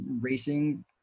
racing